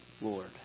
Lord